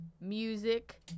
Music